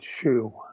shoe